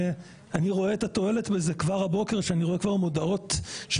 אני רואה את התועלת בזה כבר הבוקר כשאני רואה כבר מודעות של